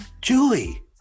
Julie